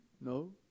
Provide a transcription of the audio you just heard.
No